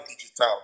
Digital